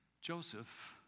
Joseph